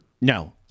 No